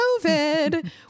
COVID